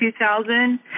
2000